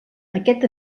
aquest